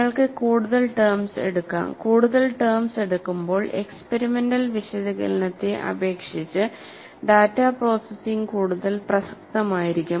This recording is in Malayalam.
നിങ്ങൾക്ക് കൂടുതൽ ടെംസ് എടുക്കാം കൂടുതൽ ടെംസ് എടുക്കുമ്പോൾ എക്സ്പെരിമെന്റൽ വിശകലനത്തെ അപേക്ഷിച്ചു ഡാറ്റ പ്രോസസ്സിംഗ് കൂടുതൽ പ്രസക്തമായിരിക്കും